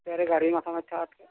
তাৰে গাড়ী মাথা মাৰি থাকাতকৈ